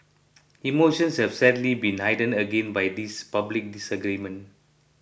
emotions have sadly been heightened again by this public disagreement